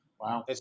Wow